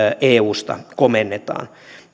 eusta komennetaan